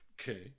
okay